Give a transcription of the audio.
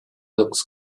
looks